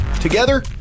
Together